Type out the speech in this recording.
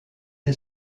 des